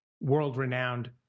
world-renowned